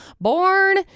born